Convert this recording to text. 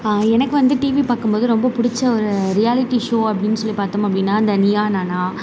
எனக்கு வந்து டிவி பார்க்கும்போது ரொம்ப பிடிச்ச ஒரு ரியாலிட்டி ஷோ அப்படின்னு சொல்லி பார்த்தோம் அப்படினா அந்த நீயா நானா